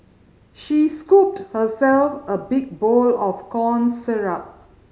she scooped herself a big bowl of corn